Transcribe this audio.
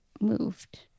moved